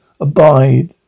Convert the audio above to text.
abide